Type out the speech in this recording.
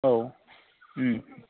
औ